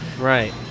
Right